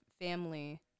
family